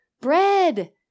bread